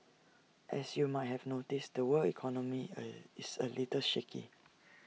as you might have noticed the world economy is A little shaky